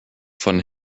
von